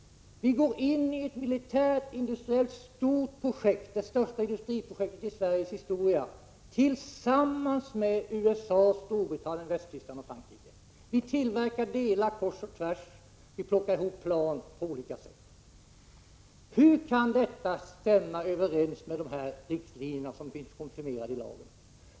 Vi går in i ett stort militärt industriellt projekt, det största industriprojektet i Sveriges historia, tillsammans med USA, Storbritannien, Västtyskland och Frankrike. Vi tillverkar delar kors och tvärs. Vi plockar ihop plan på olika sätt. Hur kan detta stämma överens med de riktlinjer som finns konfirmerade i lagen?